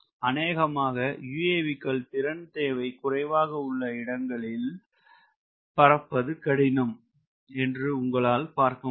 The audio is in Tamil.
அநேகமான UAV க்கள் திறன் தேவை குறைவாக உள்ள இந்த இடங்களில் பறப்பது கடினம் என்று உங்களால் பார்க்க முடியும்